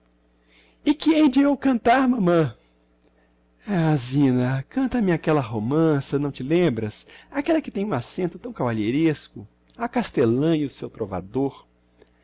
e que hei de eu cantar mamã ah zina canta-me aquella romança não te lembras aquella que tem um accento tão cavalheiresco a castellã e o seu trovador ah